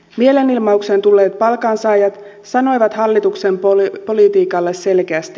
mielenilmaukseen tulleet palkansaajat sanoivat hallituksen politiikalle selkeästi